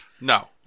No